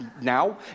now